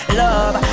love